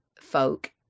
folk